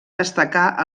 destacar